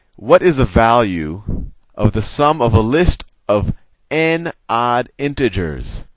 what is the value of the sum of a list of n odd integers?